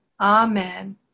amen